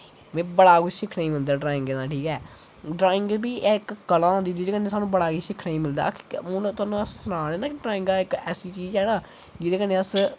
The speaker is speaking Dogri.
मिगी बड़ा कुछ सिक्खने गी औंदा ड्राईंगें दा ठीक ऐ ड्राईंग बी इक कला होंदी जेह्दे कन्नै स्हानू बड़ा किश सिक्खने गी मिलदा ठीक ऐ हून तुसें सनां ना ड्राईंग इक ऐसी चीज़ ऐ न जेह्दे कन्नै अस